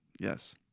yes